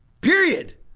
Period